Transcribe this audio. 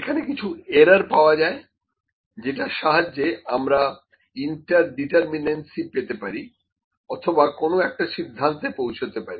এখানে কিছু এরর পাওয়া যায় যেটার সাহায্যে আমরা ইন্টার ডিটারমিনেনসি পেতে পারি অথবা কোন একটা সিদ্ধান্তে পৌঁছতে পারি